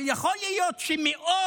אבל יכול להיות שמאות